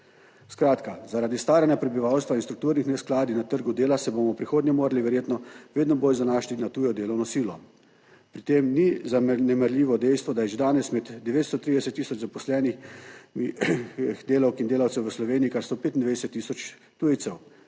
Skratka, zaradi staranja prebivalstva in strukturnih neskladij na trgu dela se bomo v prihodnje morali verjetno vedno bolj zanašati na tujo delovno silo. Pri tem ni zanemarljivo dejstvo, da je že danes med 930 tisoč zaposlenih delavk in delavcev v Sloveniji kar 125 tisoč tujcev,